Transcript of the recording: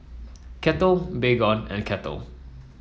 Kettle Baygon and Kettle